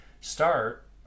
start